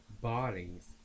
bodies